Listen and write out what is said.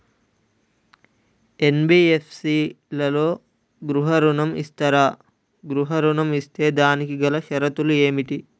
NBFC లలో గృహ ఋణం ఇస్తరా? గృహ ఋణం ఇస్తే దానికి గల షరతులు ఏమిటి?